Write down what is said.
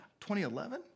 2011